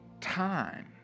time